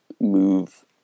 move